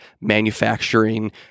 manufacturing